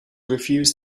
refuse